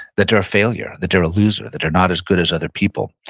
that they're a failure, that they're a loser, that they're not as good as other people,